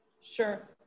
Sure